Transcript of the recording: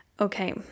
Okay